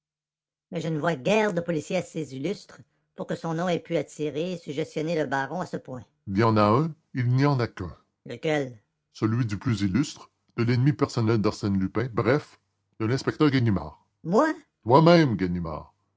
mais je ne vois guère de policier assez illustre pour que son nom ait pu attirer suggestionner le baron à ce point il y en a un et il n'y en a qu'un lequel celui du plus illustre de l'ennemi personnel d'arsène lupin bref de l'inspecteur ganimard moi vous-même ganimard